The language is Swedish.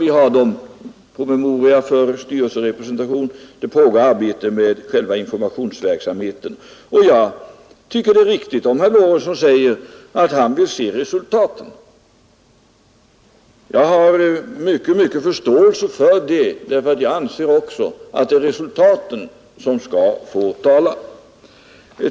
Det föreligger en promemoria beträffande styrelserepresentation, och det pågår arbete med själva informationsverksamheten. Jag har stor förståelse för om herr Lorentzon säger att han vill se resultat; också jag anser att det är resultatet som skall få tala.